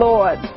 Lord